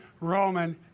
Roman